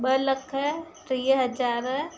ॿ लख टीह हज़ार